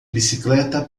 bicicleta